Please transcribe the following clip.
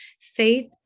faith